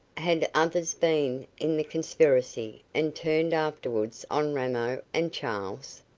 had others been in the conspiracy and turned afterwards on ramo and charles?